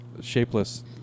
shapeless